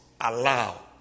allow